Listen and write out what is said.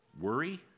Worry